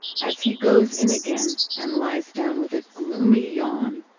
as he goes in again and lies down with a gloomy yawn.